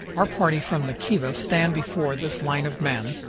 our party from the kiva stand before this line of men,